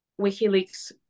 WikiLeaks